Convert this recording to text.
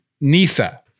Nisa